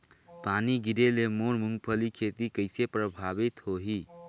पानी गिरे ले मोर मुंगफली खेती कइसे प्रभावित होही?